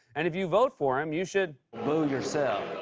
and if you vote for him, you should. boo yourself.